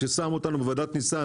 כששם אותנו בוועדת ניסן